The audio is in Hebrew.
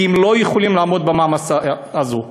כי הם לא יכולים לעמוד במעמסה הזאת.